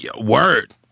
word